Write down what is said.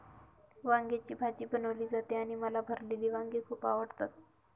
वांग्याची भाजी बनवली जाते आणि मला भरलेली वांगी खूप आवडतात